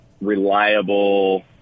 reliable